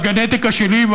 בגנטיקה שלי,